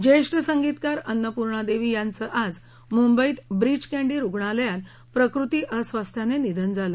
ज्येष्ठ संगीतकार अन्नपूर्णादेवी यांचं आज मुंबईत ब्रीच कँडी रुग्णालयात प्रकृती अस्वास्थ्याने निधन झालं